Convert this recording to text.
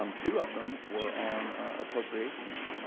um two of them were on appropriations.